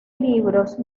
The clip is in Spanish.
libros